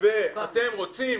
ואתם רוצים